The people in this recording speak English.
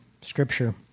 Scripture